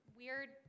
weird